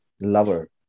lover